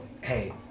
hey